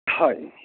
হয়